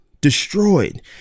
destroyed